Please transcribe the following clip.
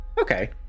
okay